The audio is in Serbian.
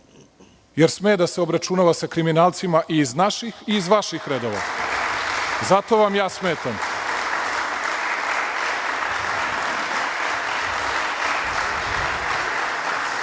jer sme da se obračunava sa kriminalcima i iz naših i iz vaših redova, i zato vam ja smetam.